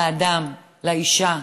לאדם, לאישה,